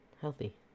Healthy